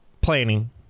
planning